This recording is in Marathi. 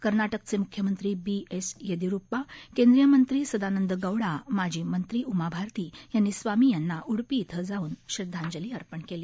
कर्ना क्रेचे मुख्यमंत्री बी एस येदियुरप्पा केंद्रीय मंत्री सदानंद गौडा माजी मंत्री उमा भारती यांनी स्वामी यांना उडपी इथं जाऊन श्रद्वांजली वाहिली